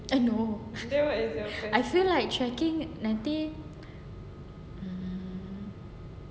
uh no I feel like trekking nanti um